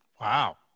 Wow